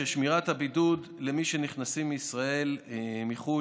היא ששמירת הבידוד למי שנכנסים לישראל מחו"ל